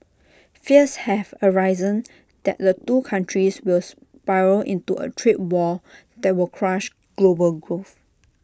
fears have arisen that the two countries will spiral into A trade war that will crush global growth